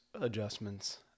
adjustments